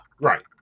right